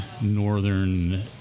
northern